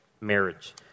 marriage